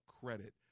credit